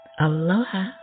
Aloha